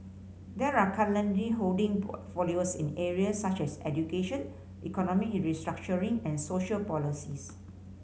they are currently holding portfolios in areas such as education economic restructuring and social policies